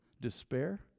despair